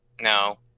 No